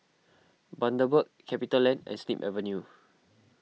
Bundaberg CapitaLand and Snip Avenue